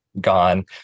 gone